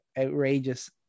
outrageous